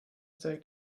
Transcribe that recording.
zeigt